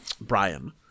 Brian